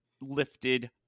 lifted